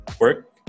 work